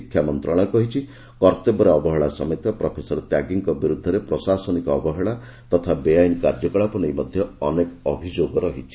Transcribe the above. ଶିକ୍ଷା ମନ୍ତ୍ରଣାଳୟ କହିଛି କର୍ତ୍ତବ୍ୟରେ ଅବହେଳା ସମେତ ପ୍ରଫେସର ତ୍ୟାଗୀଙ୍କ ବିରୁଦ୍ଧରେ ପ୍ରଶାସନିକ ଅବହେଳା ତଥା ବେଆଇନ କାର୍ଯ୍ୟକଳାପ ନେଇ ମଧ୍ୟ ଅନେକ ଅଭିଯୋଗ ରହିଛି